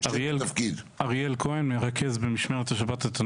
אני אריאל כהן, אני מרכז את הנושא במשמרת השבת.